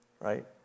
right